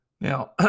Now